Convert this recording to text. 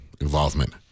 involvement